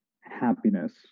happiness